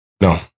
No